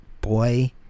Boy